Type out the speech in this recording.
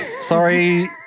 Sorry